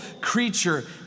creature